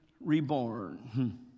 reborn